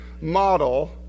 model